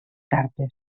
cartes